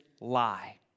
lie